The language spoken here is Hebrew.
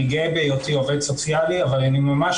אני גאה בהיותי עובד סוציאלי אבל אני ממש